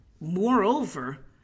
moreover